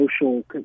social